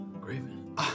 Graven